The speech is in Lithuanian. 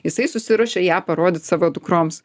jisai susiruošė ją parodyt savo dukroms